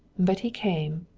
but he came,